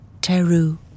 Teru